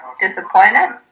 disappointed